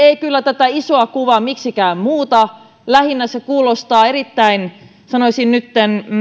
ei kyllä tätä isoa kuvaa miksikään muuta lähinnä se kuulostaa erittäin sanoisin nytten